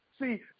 See